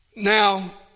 Now